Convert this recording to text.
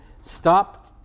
stop